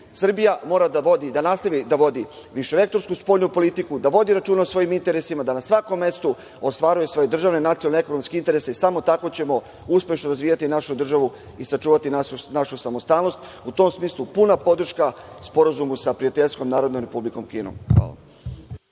mora da nastavi da vodi više ekonomsku spoljnu politiku, da vodi računa o svojim interesima, da na svakom mestu ostvaruje svoje državne, nacionalne, ekonomske interese i samo tako ćemo uspešno razvijati našu državu i sačuvati našu samostalnost. U tom smislu puna podrška sporazumu sa prijateljskom Narodnom Republikom Kinom. Hvala.